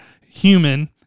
human